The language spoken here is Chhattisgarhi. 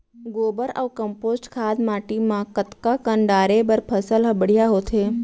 गोबर अऊ कम्पोस्ट खाद माटी म कतका कन डाले बर फसल ह बढ़िया होथे?